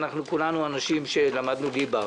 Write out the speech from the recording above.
אנחנו כולנו אנשים שלמדו ליב"ה,